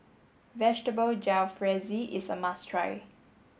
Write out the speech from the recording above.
Vegetable Jalfrezi is a must try